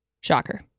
Shocker